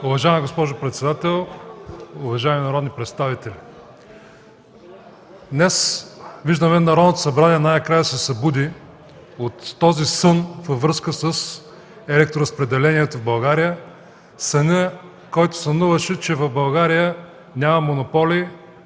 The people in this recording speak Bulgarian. Уважаема госпожо председател, уважаеми народни представители! Днес виждаме, че Народното събрание най-накрая се събуди от съня във връзка с електроразпределението в България – сънят, който сънуваше, че в България няма монополи